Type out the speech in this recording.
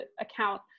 account